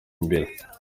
mbere